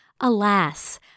alas